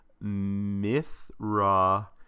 Mithra